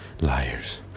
Liars